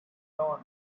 dawn